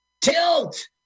Tilt